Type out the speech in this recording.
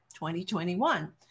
2021